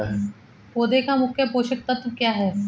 पौधे का मुख्य पोषक तत्व क्या हैं?